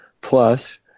Plus